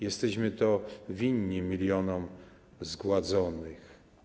Jesteśmy to winni milionom zgładzonych.